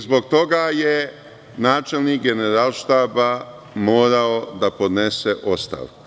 Zbog toga je načelnik Generalštaba morao da podnese ostavku.